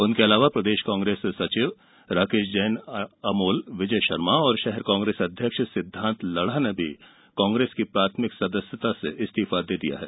उनके अलावा प्रदेश कांग्रेस सचिव राकेश जैन अमोल विजय शर्मा शहर कांग्रेस अध्यक्ष सिद्वांत लड़ा ने कांग्रेस की प्राथमिक सदस्यता से इस्तीफा दिया है